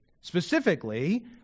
Specifically